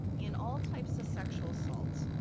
in all types of sexual assaults,